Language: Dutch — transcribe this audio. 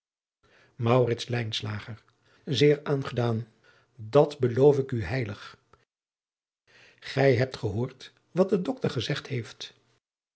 zeer aangedaan dat beloof ik u heilig gij hebt gehoord wat de doctor gezegd heeft